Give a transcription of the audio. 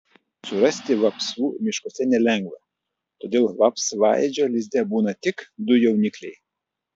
surasti vapsvų miškuose nelengva todėl vapsvaėdžio lizde būna tik du jaunikliai